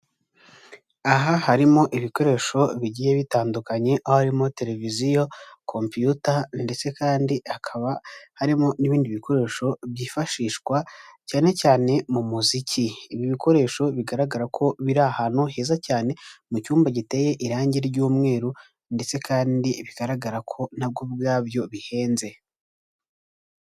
Aha harimo ibikoresho bigiye bitandukanye, aho harimo televiziyo, kopiyuta ndetse kandi hakaba harimo n'ibindi bikoresho byifashishwa cyane cyane mu muziki. Ibi bikoresho bigaragara ko biri ahantu heza cyane mu cyumba giteye irangi ry'umweru ndetse kandi bigaragara ko nabwo ubwabyo bihenze.